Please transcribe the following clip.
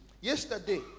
Yesterday